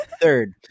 Third